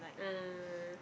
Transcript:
ah